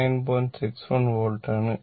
61 volt ആണ്